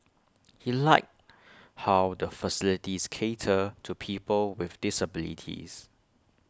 he liked how the facilities cater to people with disabilities